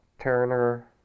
turner